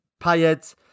Payet